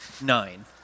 nine